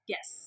Yes